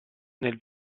nel